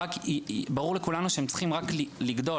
שברור לכולנו שהם צריכים רק לגדול